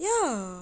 ya